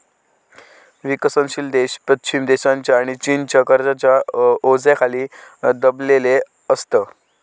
विकसनशील देश पश्चिम देशांच्या आणि चीनच्या कर्जाच्या ओझ्याखाली दबलेले असत